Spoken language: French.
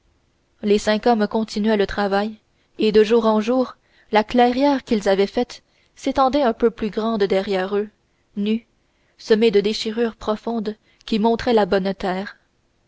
les cinq hommes continuaient le travail et de jour en jour la clairière qu'ils avaient faite s'étendait un peu plus grande derrière eux nue semée de déchirures profondes qui montraient la bonne terre